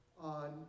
on